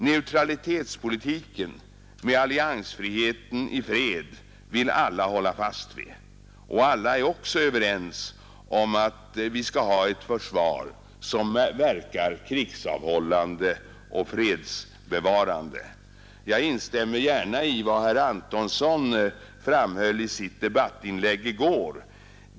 Neutralitetspolitiken med alliansfrihet i fred vill alla hålla fast vid. Alla är också överens om att vi skall ha ett försvar som verkar krigsavhållande och fredsbevarande. Jag instämmer gärna i vad herr Antonsson framhöll i sitt debattinlägg i går.